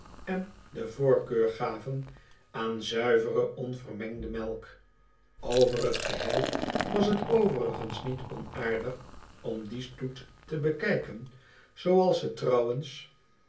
en de voorkeur gaven aan zuivere onvermengde melk over het geheel was het overigens niet onaardig om dien stoet te bekijken zooals het trouwens